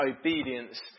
obedience